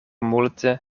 multe